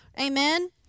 Amen